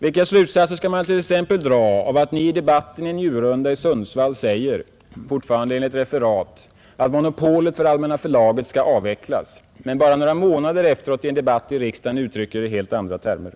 Vilka slutsatser skall man t.ex. dra av att Ni i debatten i Njurunda vid Sundsvall sade, fortfarande enligt referat, att Allmänna förlagets monopol skall avskaffas, men några månader senare uttryckte Ni Er i en debatt i riksdagen i helt andra termer?